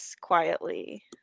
quietly